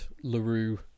LaRue